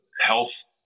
health